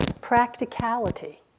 practicality